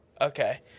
okay